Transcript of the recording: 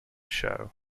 show